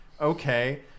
okay